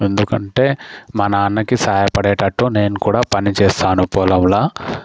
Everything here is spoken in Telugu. ఎందుకంటే మా నాన్నకు సహాయపడేటట్టు నేను కూడా పని చేస్తాను పొలంలో